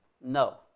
No